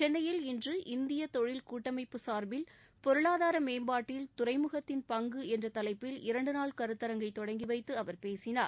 சென்னையில் இன்று இந்திய தொழில் கூட்டமைப்பு சார்பில் பொருளாதார மேம்பாட்டில் துறைமுகத்தின் பங்கு என்ற தலைப்பில் இரண்டு நாள் கருத்தரங்கை தொடங்கி வைத்து அவர் பேசினார்